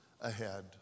ahead